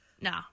No